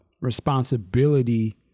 responsibility